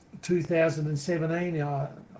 2017